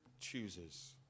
chooses